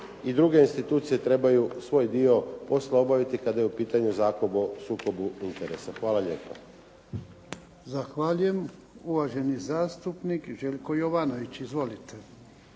i druge institucije trebaju svoj dio posla obaviti kada je u pitanju Zakon o sukobu interesa. Hvala lijepa. **Jarnjak, Ivan (HDZ)** Zahvaljujem. Uvaženi zastupnik Željko Jovanović. Izvolite.